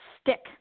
stick